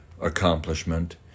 accomplishment